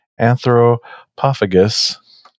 anthropophagus